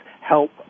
help